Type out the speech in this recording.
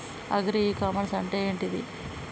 Agri e commerce అంటే ఏంటిది?